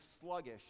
sluggish